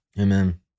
Amen